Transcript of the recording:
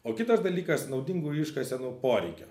o kitas dalykas naudingųjų iškasenų poreikio